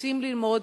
רוצים ללמוד,